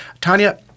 Tanya